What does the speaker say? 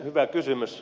hyvä kysymys